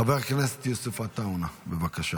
חבר הכנסת יוסף עטאונה, בבקשה.